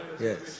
yes